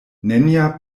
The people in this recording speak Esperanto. nenia